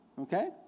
Okay